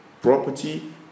property